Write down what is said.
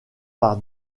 par